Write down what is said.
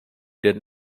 did